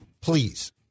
Please